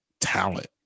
talent